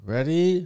Ready